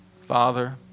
Father